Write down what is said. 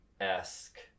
esque